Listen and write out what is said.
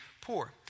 poor